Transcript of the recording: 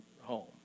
home